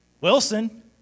Wilson